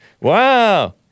Wow